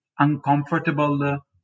uncomfortable